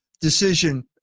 decision